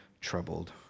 troubled